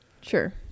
Sure